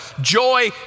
joy